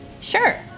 Sure